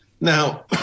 Now